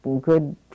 good